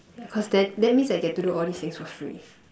yeah because that that means I get to do all these things for free